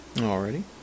Already